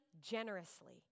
generously